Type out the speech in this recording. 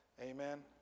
Amen